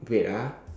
wait ah